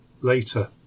later